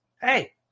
hey